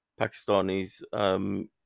Pakistanis